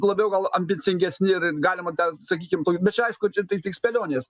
labiau gal ambicingesni ir galima ten sakykim bet čia aišku čia tai tik spėlionės